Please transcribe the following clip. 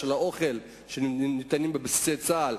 האוכל שניתן בבסיסי צה"ל,